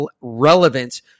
relevance